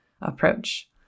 approach